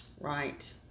Right